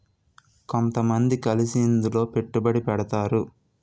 కొంతమంది కలిసి ఇందులో పెట్టుబడి పెడతారు